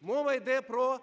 Мова йде про